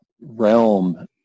realm